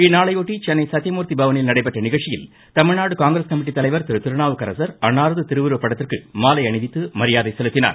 இதனையொட்டி சென்னை சத்தியமூர்த்திபவனில் நடைபெற்ற நிகழ்ச்சியில் தமிழ்நாடு காங்கிரஸ் கமிட்டி தலைவர் திருநாவுக்கரசர் அன்னாரது திருவுருவப்படத்திற்கு மாலை அணிவித்து மரியாதை செலுத்தினார்